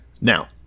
Now